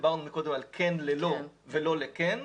דיברנו קודם על חיובי לשלילי ושלילי לחיובי.